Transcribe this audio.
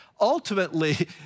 ultimately